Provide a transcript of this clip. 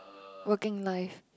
working life